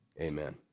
Amen